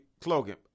slogan